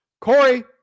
Corey